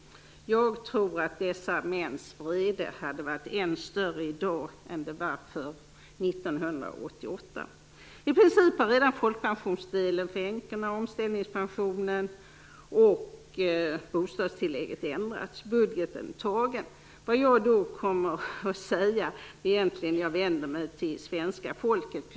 Jag tror att dessa mäns vrede hade varit ännu större i dag än den var 1988. I princip har redan folkpensionsdelen för änkorna, omställningspensionen och bostadstillägget ändrats. Budgeten är tagen. Jag vänder mig egentligen nu till svenska folket.